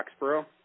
Foxborough